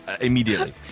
immediately